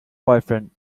boyfriend